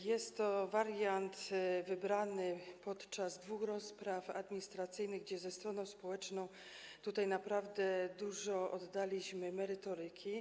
Jest to wariant wybrany podczas dwóch rozpraw administracyjnych, gdzie ze stroną społeczną naprawdę dużo oddaliśmy merytoryki.